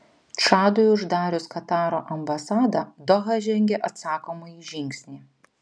čadui uždarius kataro ambasadą doha žengė atsakomąjį žingsnį